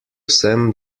sem